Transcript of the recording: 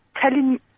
telling